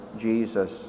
Jesus